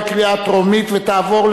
התשע"ב 2012,